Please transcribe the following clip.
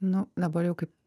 nu dabar jau kaip